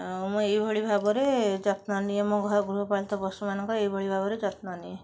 ଆଉ ମୁଁ ଏଇଭଳି ଭାବରେ ଯତ୍ନ ନିଏ ମୋ ଘର ଗୃହପାଳିତ ପଶୁମାନଙ୍କର ଏଇଭଳି ଭାବରେ ଯତ୍ନ ନିଏ